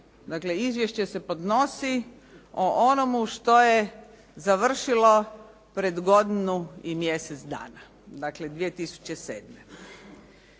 dakle izvješće se podnosi o onomu što je završilo pred godinu i mjesec dana. Dakle, 2007.